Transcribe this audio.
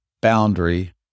boundary